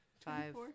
Five